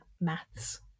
maths